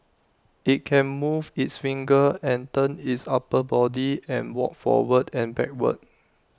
IT can move its fingers and turn its upper body and walk forward and backward